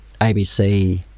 ABC